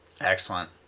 Excellent